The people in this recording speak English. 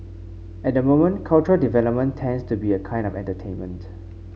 at the moment cultural development tends to be a kind of entertainment